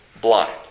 blind